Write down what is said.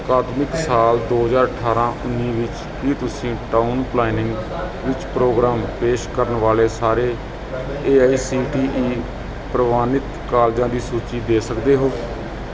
ਅਕਾਦਮਿਕ ਸਾਲ ਦੋ ਹਜ਼ਾਰ ਅਠਾਰਾਂ ਉੱਨੀ ਵਿੱਚ ਕੀ ਤੁਸੀਂ ਟਾਊਨ ਪਲਾਈਨਿੰਗ ਵਿੱਚ ਪ੍ਰੋਗਰਾਮ ਪੇਸ਼ ਕਰਨ ਵਾਲੇ ਸਾਰੇ A I C T E ਪ੍ਰਵਾਨਿਤ ਕਾਲਜਾਂ ਦੀ ਸੂਚੀ ਦੇ ਸਕਦੇ ਹੋ